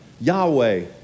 Yahweh